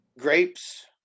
Grapes